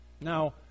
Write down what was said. Now